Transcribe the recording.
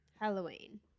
Halloween